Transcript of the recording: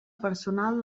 personal